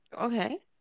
Okay